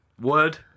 Word